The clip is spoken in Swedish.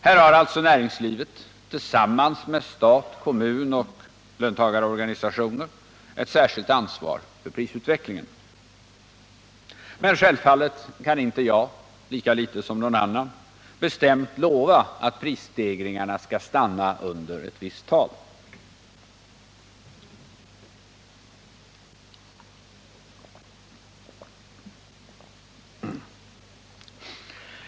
Här har alltså näringslivet — tillsammans med stat, kommun och löntagarorganisationer — ett särskilt ansvar för prisutvecklingen. Självfallet kan inte jag — lika litet som någon annan — bestämt lova att prisstegringen skall stanna under ett visst tal!